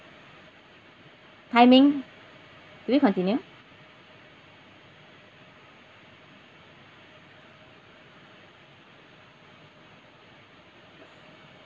timing do we continue